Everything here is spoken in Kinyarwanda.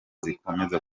zikomeza